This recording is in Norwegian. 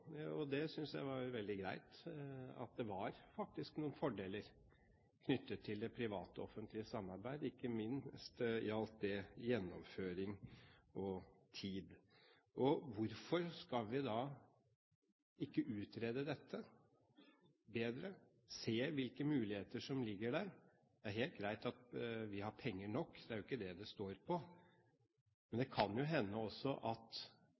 og det synes jeg var veldig greit – at det faktisk var noen fordeler knyttet til det privat–offentlige samarbeidet. Ikke minst gjaldt det gjennomføring og tid. Hvorfor skal vi da ikke utrede dette bedre, se hvilke muligheter som ligger der? Det er helt greit at vi har penger nok, det er ikke det det står på. Men det kan jo også hende at